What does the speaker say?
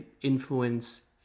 influence